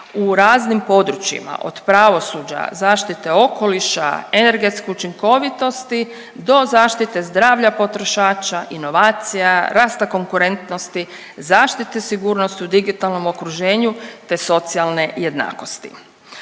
u raznim područjima od pravosuđa, zaštite okoliša, energetske učinkovitosti do zaštite zdravlja potrošača, inovacija, rasta konkurentnosti, zaštite sigurnosti u digitalnom okruženju te socijalne jednakosti.